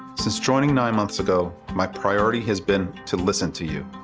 since joining nine months ago, my priority has been to listen to you.